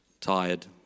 tired